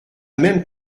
même